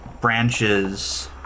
branches